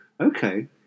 Okay